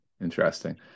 interesting